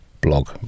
blog